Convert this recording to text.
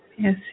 Yes